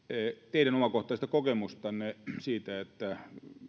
teidän omakohtaisesta kokemuksestanne siitä että